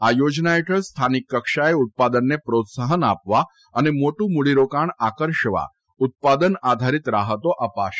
આ યોજના હેઠળ સ્થાનિક કક્ષાએ ઉત્પાદનને પ્રોત્સાહન આપવા અને મોટું મૂડીરોકાણ આકર્ષવા ઉત્પાદન આધારિત રાહતો અપાશે